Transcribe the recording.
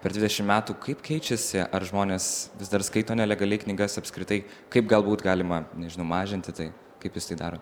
per dvidešimt metų kaip keičiasi ar žmonės vis dar skaito nelegaliai knygas apskritai kaip galbūt galima nežinau mažinti tai kaip jis tai daro